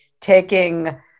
taking